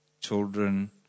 children